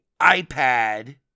iPad